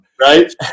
Right